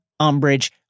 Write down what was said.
Umbridge